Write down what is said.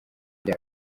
rya